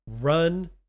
run